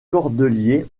cordeliers